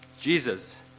Jesus